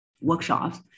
workshops